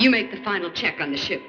you make the final check on the ship